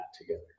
together